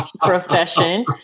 profession